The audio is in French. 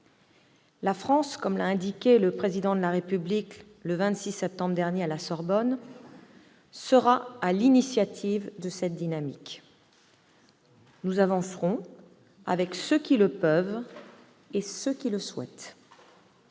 La France, comme l'a indiqué le Président de la République à la Sorbonne le 26 septembre dernier, sera à l'initiative de cette dynamique. Nous avancerons avec ceux qui le peuvent et ceux qui le souhaitent.